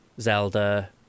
Zelda